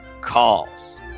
calls